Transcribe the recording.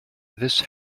this